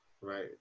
Right